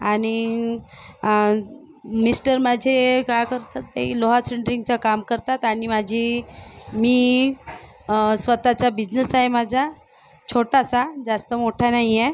आणि मिस्टर माझे काय करतात ते लोहा सेंट्रिंगचं काम करतात आणि माझी मी स्वतःचा बिझनेस आहे माझा छोटासा जास्त मोठा नाही आहे